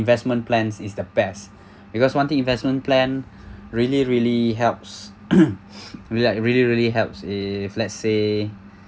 investment plans is the best because one thing investment plan really really helps really like really really helps if let's say